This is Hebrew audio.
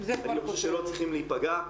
אני חושב שלא צריכים להיפגע.